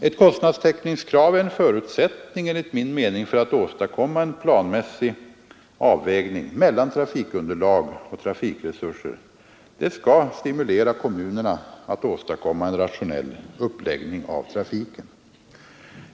Ett kostnadstäckningskrav är enligt min mening en förutsättning för att åstadkomma en planmässig avvägning mellan trafikunderlag och trafikresurser. Det skall stimulera kommunerna att åstadkomma en rationell uppläggning av trafiken.